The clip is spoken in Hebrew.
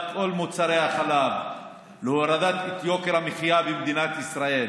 כל מוצרי החלב והורדת יוקר המחיה במדינת ישראל.